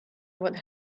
what